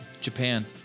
Japan